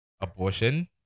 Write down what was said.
abortion